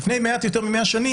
לפני מעט מ-100 שנים,